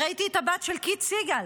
ראיתי את הבת של קית' סיגל,